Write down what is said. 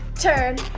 turn.